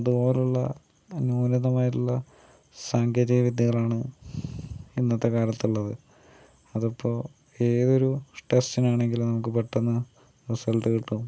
അതുപോലുള്ള ന്യുനതമായിട്ടുള്ള സാങ്കേതിക വിദ്യകളാണ് ഇന്നത്തെ കാലത്ത് ഉള്ളത് അതിപ്പോൾ ഏതൊരു ടെസ്റ്റിനാണെങ്കിലും നമുക്ക് പെട്ടെന്ന് റിസൾട്ട് കിട്ടും